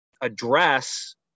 address